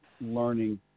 learning